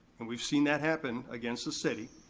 and we've seen that happen against the city.